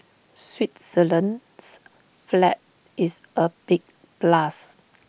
Switzerland's flag is A big plus